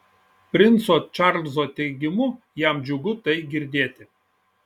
princo čarlzo teigimu jam džiugu tai girdėti